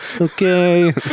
Okay